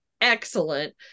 excellent